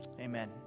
Amen